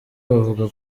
bavuga